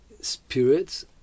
spirits